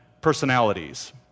personalities